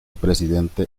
presidente